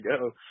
go